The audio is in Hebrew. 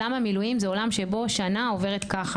עולם המילואים זה עולם שבו שנה עוברת מאוד מאוד מהר.